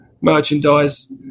merchandise